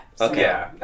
Okay